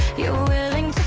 you're willing